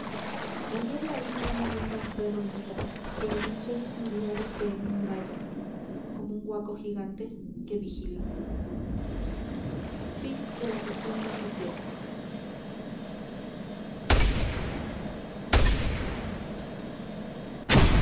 la niebla hila una venda al cerro lila ue en ensueños miliarios se enmurada mo un huaco gigante que vigila